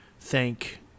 thank